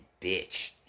bitch